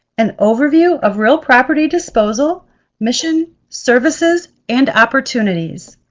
an overview of real property disposal mission, services and opportunities.